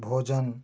भोजन